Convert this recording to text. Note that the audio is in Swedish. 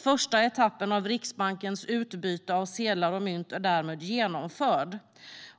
Första etappen av Riksbankens utbyte av sedlar och mynt är därmed genomförd.